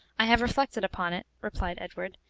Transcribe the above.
i have reflected upon it, replied edward,